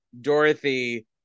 Dorothy